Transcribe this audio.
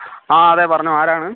ആ അതെ പറഞ്ഞോ ആരാണ്